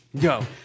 Go